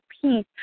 peace